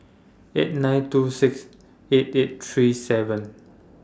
eight nine two six eight eight three seven